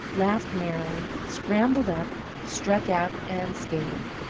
laughed merrily, scrambled up, struck out, and skated.